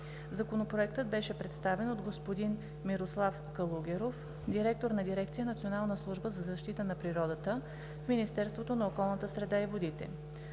Законопроектът беше представен от господин Мирослав Калугеров – директор на дирекция „Национална служба за защита на природата“ в Министерството на околната среда и водите.